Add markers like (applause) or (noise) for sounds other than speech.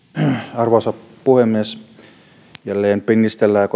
arvoisa puhemies jälleen pinnistellään (unintelligible)